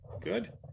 Good